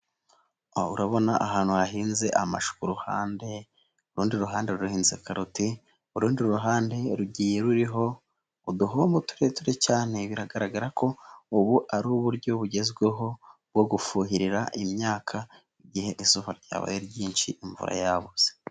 Urabona ahantu hahinze amashu ku ruhande, urundi ruhande ruhinnze karoti, urundi ruhande rugiye ruriho uduhombo tureture cyane, biragaragara ko ubu ari uburyo bugezweho bwo gufuhirira imyaka igihe izuba ryabaye ryinshi, imvura yabuze.